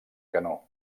canó